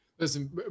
Listen